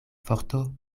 forto